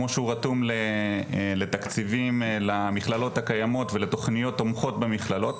כמו שהוא רתום לתקציבים למכללות הקיימות ולתוכניות תומכות במכללות